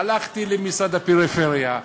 הלכתי למשרד הפריפריה,